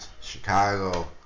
Chicago